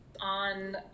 on